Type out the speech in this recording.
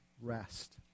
rest